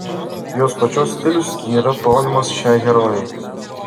jos pačios stilius nėra tolimas šiai herojai